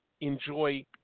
enjoy